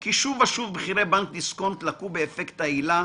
כי שוב ושוב בכירי בנק דיסקונט לקו ב"אפקט ההילה"